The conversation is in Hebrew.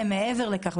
מעבר לכך,